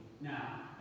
Now